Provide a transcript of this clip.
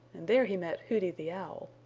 and there he met hooty the owl.